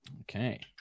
Okay